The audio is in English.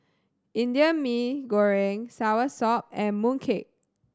Indian Mee Goreng Soursop and Mooncake